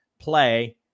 play